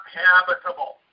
habitable